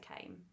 came